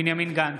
בנימין גנץ,